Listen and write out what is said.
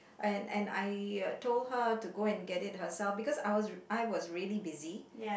and and I told her to go and get it herself because I was I was really busy